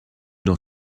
dans